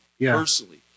personally